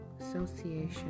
association